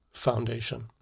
foundation